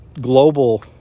global